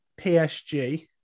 PSG